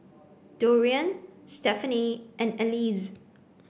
Dorian Stephany and Alize